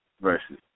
Versus